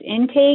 intake